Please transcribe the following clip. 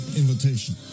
invitation